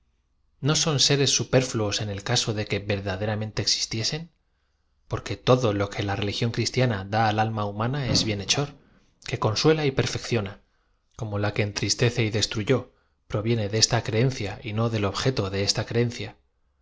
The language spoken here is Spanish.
no aon seres superfluoe en e l caso en que v e r daderamente existiesen porque todo lo que la reli gión cristiana da a l alm a humana de bienhechor que consuela y perfecciona como la que entristece y des truyó proviene de esta creencia y no del objeto de esta creencia